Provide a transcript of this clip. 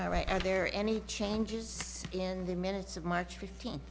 all right are there any changes in the minutes of march fifteenth